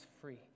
free